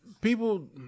people